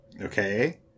okay